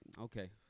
okay